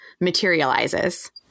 materializes